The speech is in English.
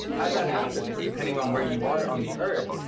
as that happens, depending on where you are on the earth,